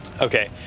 Okay